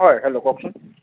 হয় হেল্ল' কওকচোন